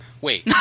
Wait